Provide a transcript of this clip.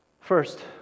First